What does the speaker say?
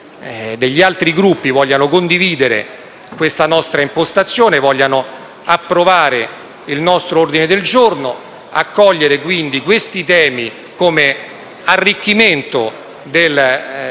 degli altri Gruppi vogliano condividere questa nostra impostazione, vogliano approvare il nostro ordine del giorno e accogliere quindi questi temi come arricchimento della mozione